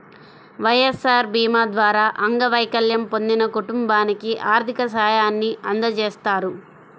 వైఎస్ఆర్ భీమా ద్వారా అంగవైకల్యం పొందిన కుటుంబానికి ఆర్థిక సాయాన్ని అందజేస్తారు